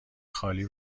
خالی